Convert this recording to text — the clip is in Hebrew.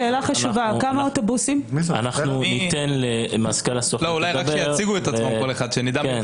אנחנו ניתן למזכ"ל הסוכנות לדבר וכשהוא